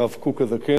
הרב קוק הזקן.